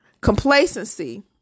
Complacency